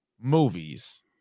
movies